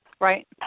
Right